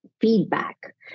Feedback